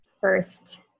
first